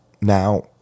now